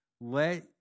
let